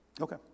Okay